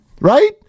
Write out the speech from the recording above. right